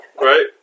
Right